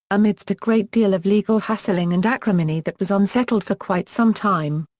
amidst a great deal of legal hassling and acrimony that was unsettled for quite some time.